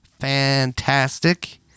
fantastic